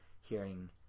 hearing